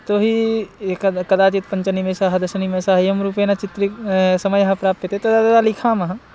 यतो हि एकदा कदाचित् पञ्च निमेषाः दश निमेषाः एवंरूपेण चित्रं समयः प्राप्यते तदा तदा लिखामः